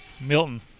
Milton